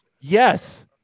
Yes